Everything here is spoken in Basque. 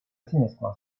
ezinezkoa